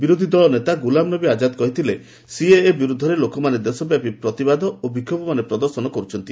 ବିରୋଧୀଦଳ ନେତା ଗୁଲାମନବୀ ଆଜ୍ଜାଦ କହିଥିଲେ ସିଏଏ ବିରୁଦ୍ଧରେ ଲୋକମାନେ ଦେଶବ୍ୟାପୀ ପ୍ରତିବାଦ ବିକ୍ଷୋଭମାନ ପ୍ରଦର୍ଶନ କରୁଛନ୍ତି